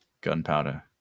gunpowder